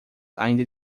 ainda